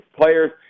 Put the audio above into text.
players